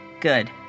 Good